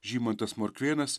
žymantas morkvėnas